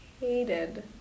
hated